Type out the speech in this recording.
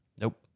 Nope